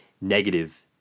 negative